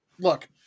Look